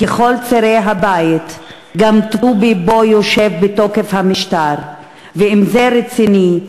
ככל צירי הבית / גם טובי בו יושב בתוקף המשטר! / ואם זה רציני,